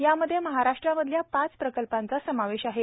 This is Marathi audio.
यामध्ये महाराष्ट्रामधल्या पाच प्रकल्पांचा समावेश आहे